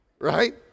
right